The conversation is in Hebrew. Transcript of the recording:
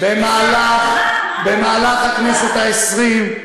במהלך הכנסת העשרים,